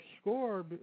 score